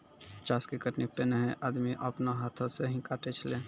चास के कटनी पैनेहे आदमी आपनो हाथै से ही काटै छेलै